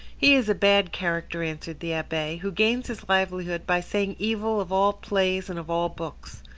he is a bad character, answered the abbe, who gains his livelihood by saying evil of all plays and of all books.